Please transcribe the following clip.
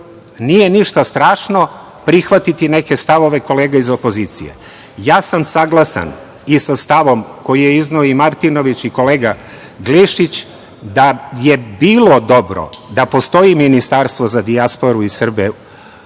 nije ništa strašno prihvatiti neke stavove kolega iz opozicije. Ja sam saglasan i sa stavom koji je izneo i Martinović i kolega Glišić da je bi bilo dobro da postoji ministarstvo za dijasporu i Srbe